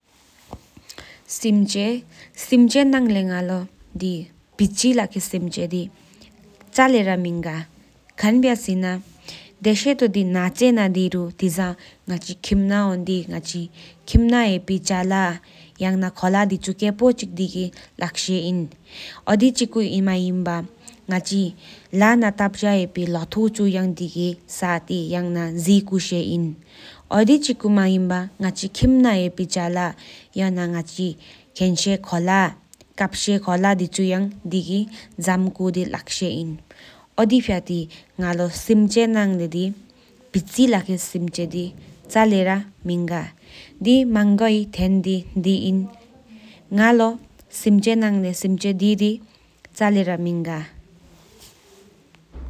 སེམས་ཅན་ནང་ལས་ང་ལོ་ཕི་ཕྱི་ལབ་མཁན་སེམས་ཅེད་དི་ང་ལོ་ཆལེ་ཡ་ར་མི་ང་ཁྭན་བྱས་སེན་ཨ་དེས་ཤས་ཁད་དེ་ནེ་བསྡེར་ན་དེ་རུང་དེ་ས་ང་ཆི་ཁེམ་ན་ལོ་རིམས་ཆི་ཁེམ་ན་ཧེ་པི་ཆ་ལ་ཡང་ན་ཁོ་ལ་དེ་ཆོ་ཁེབ་བརྒྱུད་ན་ལུང་མཐུན་གཟིགས་ལྡེག་གི་ལབ་ཤས་ཨིན། དི་ཅི་སྐུད་དང་ང་ཆི་གླ་རྟ་ཕེའི་ལོ་ཐུ་ཡང་ལབ་གི་སྟོས་རིག་དེའི་ གུ་ཤས་ཨིན། ཨོ་དི་ཅི་མེ་སྐུད་ལོ་བརྒྱུད་ཆི་ཁེམ་ན་ཧེ་བི་ཆ་ལ་ཡང་ན་ང་ཆི་ཁེམ་ལ་ཁོ་ལ་ཨར་ཀེབ་བརྒྱུད་གི་དགེ་སྡོམ་ཀུ་ཌི་ལབ་ཤས་ཨིན། ཨོ་དི་ ཕྱ་མཐོའོ་ང་ལོ་སེམས་ཅེད་ནང་སྟོང་པོ་ཕི་ཕྱི་ལབ་མཁན་སེམས་ཅན་དི་ཕ་ལོ་ཆལེ་ཡ་ར་མི་ང་བག་ཆེན་ཁྭང་བྱས་འཚུགས་ནེ་བསྡེར་ན་ཁེ་ཧེ་ཆི་ཁེ་ཧེ་ཆི་ཁོ་ལ་ཨ་ཁས་དང་ཆི་ལེག་ལབ་ཐོམས་དགོངས་རྗེས་ཤས་ཨིན།